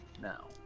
now